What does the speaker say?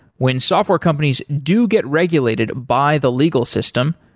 when software companies do get regulated by the legal system,